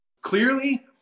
clearly